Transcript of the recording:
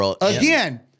Again